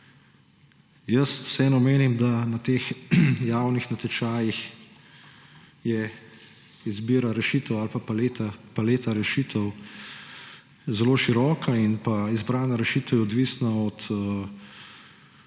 Vseeno menim, da na teh javnih natečajih je izbira rešitev ali pa paleta rešitev zelo široka in pa izbrana rešitev odvisna od